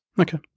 okay